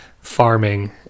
farming